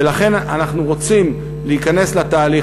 ולכן אנחנו רוצים להיכנס לתהליך.